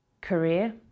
career